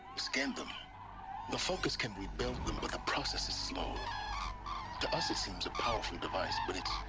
scan them the focus can rebuild them, but the process is slow to us it seems a powerful device, but its.